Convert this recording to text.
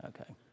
Okay